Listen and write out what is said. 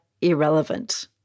irrelevant